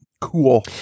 cool